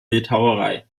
bildhauerei